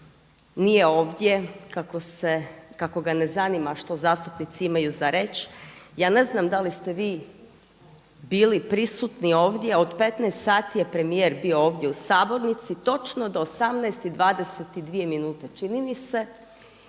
nije ovdje, kako ga ne zanima što zastupnici imaju za reći. Ja ne znam da li ste vi bili prisutni ovdje, od 15 h je bio premijer ovdje u sabornici. Točno do 18 i 22 minute čini mi se